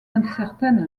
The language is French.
incertaine